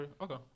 Okay